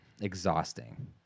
exhausting